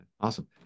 awesome